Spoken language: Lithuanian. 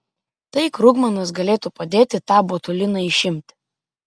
tai krugmanas galėtų padėti tą botuliną išimti